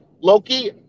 Loki